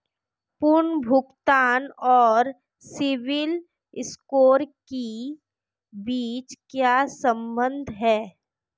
पुनर्भुगतान और सिबिल स्कोर के बीच क्या संबंध है?